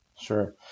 Sure